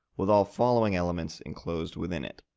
with all following elements enclosed within it.